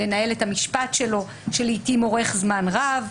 לנהל את המשפט שלו שלעיתים אורך זמן רב,